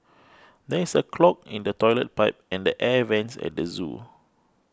there is a clog in the Toilet Pipe and the Air Vents at the zoo